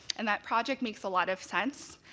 and that project makes a lot of sense.